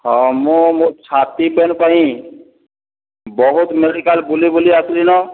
ହଁ ମୁଁ ମୋ ଛାତି ପେ'ନ୍ ପାଇଁ ବହୁତ୍ ମେଡ଼ିକାଲ୍ ବୁଲି ବୁଲି ଆସ୍ଲି ନ